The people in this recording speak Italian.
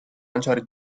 lanciare